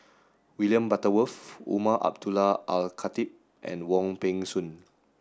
William Butterworth Umar Abdullah Al Khatib and Wong Peng Soon